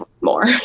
more